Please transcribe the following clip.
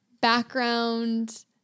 background